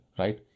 right